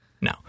no